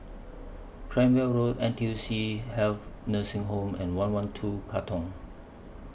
Cranwell Road N T U C Health Nursing Home and one one two Katong